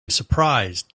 surprised